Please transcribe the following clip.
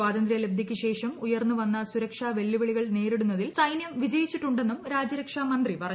സ്വാതന്ത്ര്യലബ്ധിക്ക് ശേഷം ഉയർന്ന് വന്ന സുരക്ഷാ വെല്ലൂഷിളികൾ നേരിടുന്നതിൽ സൈനൃം വിജയിച്ചിട്ടുണ്ടെന്നും രാജൃശ്രക്ഷാ മന്ത്രി പറഞ്ഞു